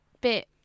bit